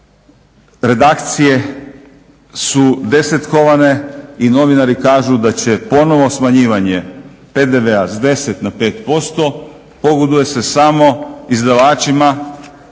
Redakcije su desetkovane i novinari kažu da će ponovo smanjivanje PDV-a s 10 na 5% pogoduje se samo izdavačima,